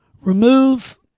remove